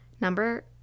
number